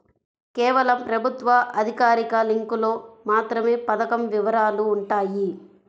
కేవలం ప్రభుత్వ అధికారిక లింకులో మాత్రమే పథకం వివరాలు వుంటయ్యి